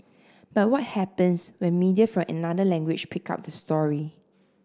but what happens when media from another language pick up the story